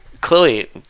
Chloe